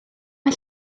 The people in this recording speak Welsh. mae